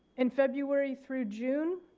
in february through june